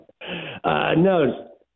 No